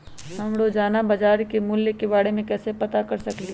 हम रोजाना बाजार के मूल्य के के बारे में कैसे पता कर सकली ह?